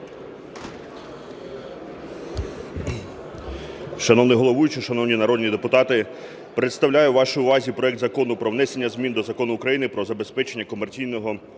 Шановний головуючий, шановні народні депутати, представляю вашій увазі проект Закону про внесення змін до Закону України "Про забезпечення комерційного